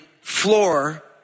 floor